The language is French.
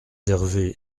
d’hervé